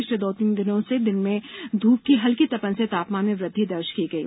पिछले दो तीन दिनों से दिन में धूप की हल्की तपन से तापमान में वृद्धि दर्ज की गई है